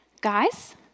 guys